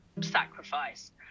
sacrifice